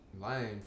lying